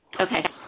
Okay